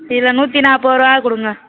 இல்லை நூற்றி நாற்பதுரூவா கொடுங்க